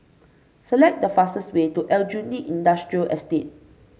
select the fastest way to Aljunied Industrial Estate